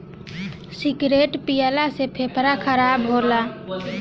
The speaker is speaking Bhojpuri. सिगरेट पियला से फेफड़ा खराब होला